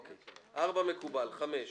--- בסדר.